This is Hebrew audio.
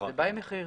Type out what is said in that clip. וזה בא עם מחיר.